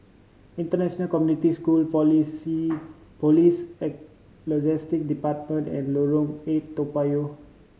International Community School Policy Police Logistic Department and Lorong Eight Toa Payoh